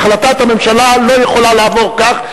החלטת הממשלה לא יכולה לעבור כך.